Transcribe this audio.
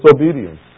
obedience